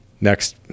next